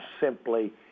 simply